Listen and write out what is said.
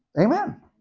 Amen